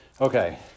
okay